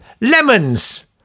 lemons